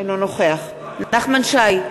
אינו נוכח נחמן שי,